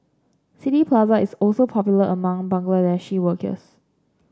City Plaza is also popular among Bangladeshi workers